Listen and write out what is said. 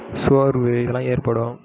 சோர்வு இதெல்லாம் ஏற்படும்